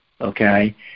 okay